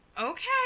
okay